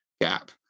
gap